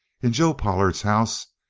in joe pollard's house,